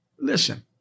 listen